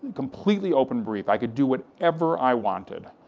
completely open brief, i could do whatever i wanted.